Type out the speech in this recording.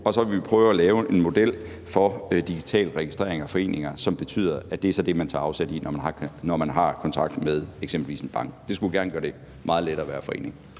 det andet prøve at lave en model for digital registrering af foreninger, som betyder, at det så er det, man tager afsæt i, når man har kontakt med eksempelvis en bank. Det skulle gerne gøre det meget lettere at være forening.